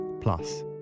plus